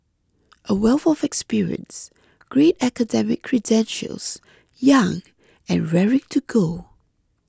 a wealth of experience great academic credentials young and raring to go